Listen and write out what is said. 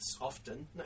often